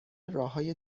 راههای